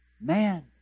man